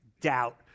doubt